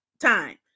time